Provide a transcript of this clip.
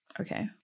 Okay